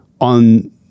On